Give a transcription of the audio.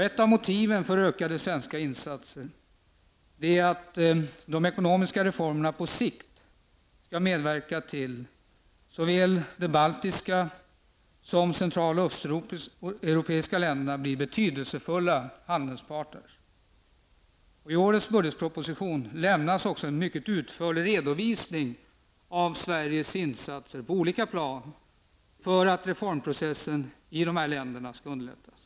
Ett av motiven för ökade svenska insatser är att de ekonomiska reformerna på sikt skall medverka till att såväl de baltiska som de central och östeuropeiska länderna blir betydelsefulla handelspartner. I årets budgetproposition lämnas också en mycket utförlig redovisning av Sveriges insatser på olika plan för att reformprocessen i de här länderna skall underlättas.